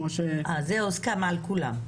זה הוסכם על-ידי כולם?